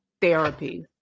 therapy